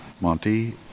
Monty